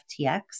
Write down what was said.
FTX